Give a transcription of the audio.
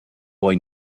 boy